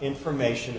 information